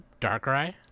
Darkrai